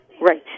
Right